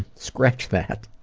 scratch that.